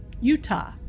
Utah